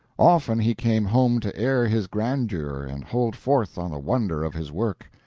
often he came home to air his grandeur and hold forth on the wonder of his work.